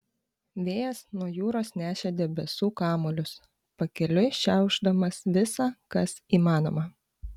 vėjas nuo jūros nešė debesų kamuolius pakeliui šiaušdamas visa kas įmanoma